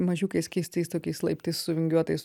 mažiukais keistais tokiais laiptais suvingiuotais